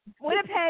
Winnipeg